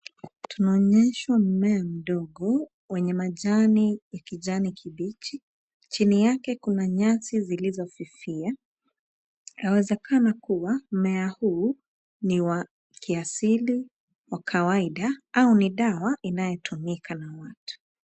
Tunaonyeshwa mimea mdogo wenye majani ya kijani kibichi, chini yake kuna nyasi zilizofifia. Yawezekana kua mmea huu ni wa kiasili, wa kawaida au ni dawa inayotumika na watu.